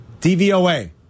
DVOA